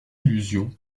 illusions